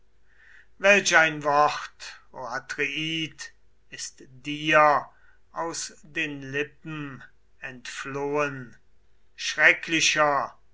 welch ein wort o atreid ist dir aus den lippen entflohen schrecklicher